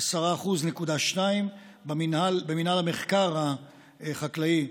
10.2%; במינהל המחקר החקלאי,